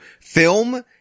Film